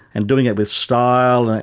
and doing it with style, and